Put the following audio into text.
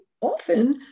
often